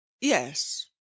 yes